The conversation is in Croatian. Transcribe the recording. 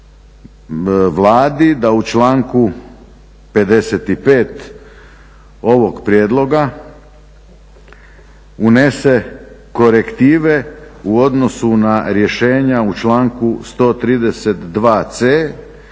Vladi da u članku 55. ovog prijedloga unese korektive u odnosu na rješenja u članku 132.c